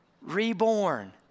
reborn